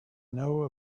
know